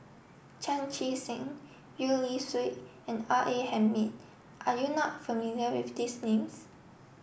Chan Chee Seng Gwee Li Sui and R A Hamid are you not familiar with these names